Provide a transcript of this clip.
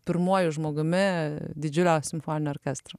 pirmuoju žmogumi didžiulio simfoninio orkestro